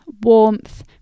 warmth